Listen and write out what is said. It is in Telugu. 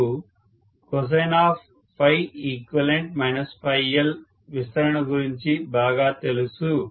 మీకు cos విస్తరణ గురించి బాగా తెలుసు